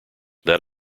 that